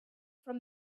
from